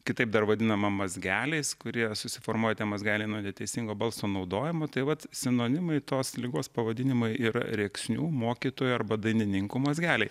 kitaip dar vadinama mazgeliais kurie susiformuoja tie mazgeliai nuo neteisingo balso naudojimo tai vat sinonimai tos ligos pavadinimai yra rėksnių mokytojų arba dainininkų mazgeliai